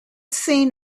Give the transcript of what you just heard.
seen